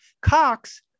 Cox